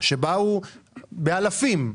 שכללו אלפים,